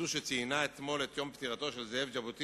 זו שציינה אתמול את יום פטירתו של זאב ז'בוטינסקי,